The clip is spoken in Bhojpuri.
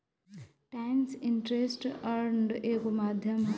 टाइम्स इंटरेस्ट अर्न्ड एगो माध्यम ह